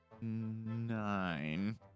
Nine